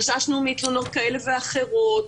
חששנו מתלונות כאלה ואחרות.